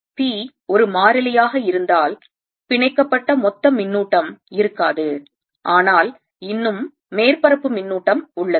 p ஒரு மாறிலியாக இருந்தால் பிணைக்கப்பட்ட மொத்த மின்னூட்டம் இருக்காது ஆனால் இன்னும் மேற்பரப்பு மின்னூட்டம் உள்ளது